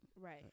Right